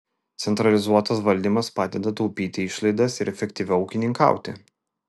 centralizuotas valdymas padeda taupyti išlaidas ir efektyviau ūkininkauti